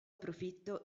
profitto